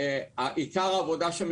עיקר העבודה שם